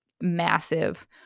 massive